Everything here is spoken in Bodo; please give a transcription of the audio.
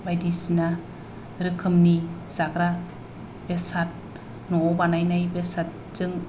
बायदिसिना रोखोमनि जाग्रा बेसाद न'आव बानायनाय बेसादजों